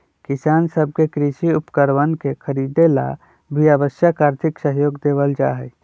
किसान सब के कृषि उपकरणवन के खरीदे ला भी आवश्यक आर्थिक सहयोग देवल जाहई